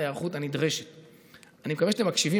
ברור.